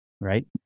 Right